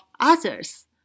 others